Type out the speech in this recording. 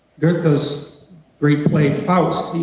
goethe's great play, faust,